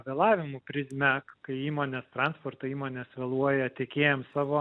vėlavimų prizmę kai įmonės transporto įmonės vėluoja tiekėjams savo